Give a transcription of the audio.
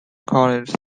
college